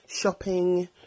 shopping